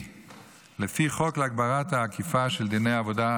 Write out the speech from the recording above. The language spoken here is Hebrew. לפי חוק להגברת האכיפה של דיני העבודה,